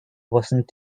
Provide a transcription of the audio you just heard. wasn’t